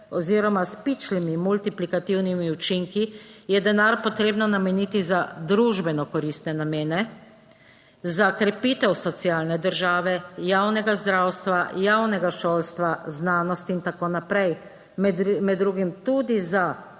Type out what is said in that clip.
oziroma s pičlimi multiplikativnimi učinki je denar potrebno nameniti za družbeno koristne namene, za krepitev socialne države, javnega zdravstva, javnega šolstva, znanosti in tako naprej, med drugim tudi za